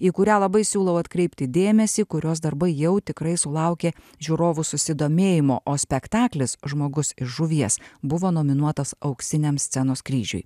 į kurią labai siūlau atkreipti dėmesį kurios darbai jau tikrai sulaukė žiūrovų susidomėjimo o spektaklis žmogus iš žuvies buvo nominuotas auksiniam scenos kryžiui